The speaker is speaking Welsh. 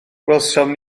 gwelsom